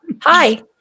Hi